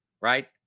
right